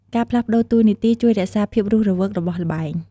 ការផ្លាស់ប្តូរតួនាទីជួយរក្សាភាពរស់រវើករបស់ល្បែង។